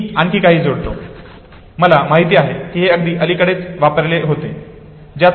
मी आणखी काही जोडतो आणि म्हणतो मला माहित आहे हे अगदी अलीकडेच वापरले होते